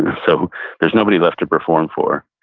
so there's nobody left to perform for.